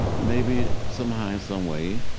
maybe somehow and some way,